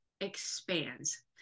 expands